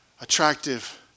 Attractive